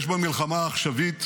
יש במלחמה העכשווית